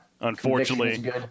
Unfortunately